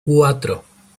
cuatro